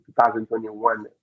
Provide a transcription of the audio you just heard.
2021